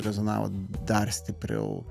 rezonavo dar stipriau